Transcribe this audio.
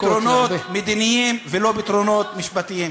אבל צריכים להיאבק בזה באמצעות פתרונות מדיניים ולא פתרונות משפטיים.